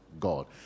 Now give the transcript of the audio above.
God